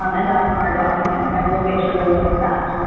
um and that's on our document, and we'll make sure to link that.